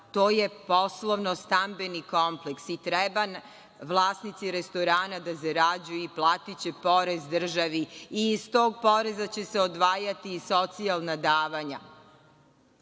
to je poslovno-stambeni kompleks i treba vlasnici restorana da zarađuju, platiće porez državi, iz tog poreza će se odvajati socijalna davanja,